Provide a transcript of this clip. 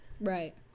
Right